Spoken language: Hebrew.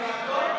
נתקבל.